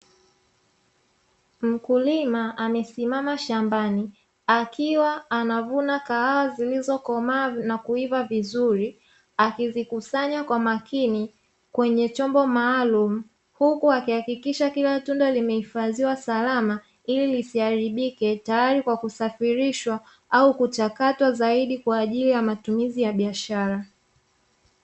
Mkulima amesiamma shambani akiwa anavuna Kahawa zilizokomaa na kuiva vizuri, akizikusanya kwa makini kwenye chombo maalumu huku akihakikisha kila tunda limehifadhiwa salama ili lisiharibike tayari kwa kusafirishwa au kuchakatwa zaidi kwa ajili ya matumizi ya biashara.